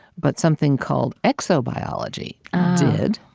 but something called exobiology did,